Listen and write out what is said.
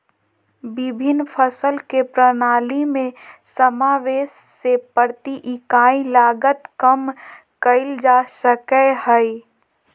विभिन्न फसल के प्रणाली में समावेष से प्रति इकाई लागत कम कइल जा सकय हइ